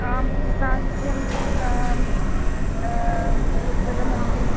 आं साहित्यं पुस्तकमस्ति